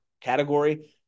category